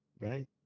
right